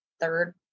third